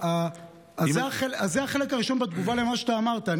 זה החלק הראשון בתגובה על מה שאמרת.